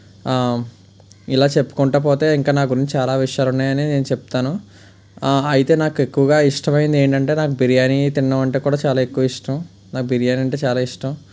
ఇలా చెప్పుకుంటు పోతే ఇంక నా గురించి చాలా విషయాలు ఉన్నాయనే నేను చెప్తాను అయితే నాకు ఎక్కువగా ఇష్టమయ్యింది ఏంటంటే నాకు బిర్యానీ తిండం అంటే కూడా చాలా ఎక్కువ ఇష్టం నాకు బిర్యానీ అంటే చాలా ఇష్టం